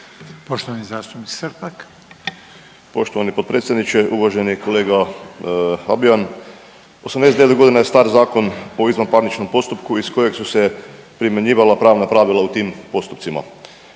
**Srpak, Dražen (HDZ)** Poštovani potpredsjedniče. Uvaženi kolega Habijan, 89.g. je star Zakon o izvanparničnom postupku iz kojeg su se primjenjivala pravna pravila u tim postupcima.